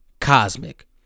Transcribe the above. Cosmic